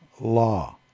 law